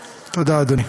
תודה, אדוני.